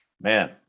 man